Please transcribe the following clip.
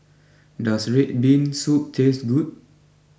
does Red Bean Soup taste good